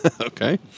Okay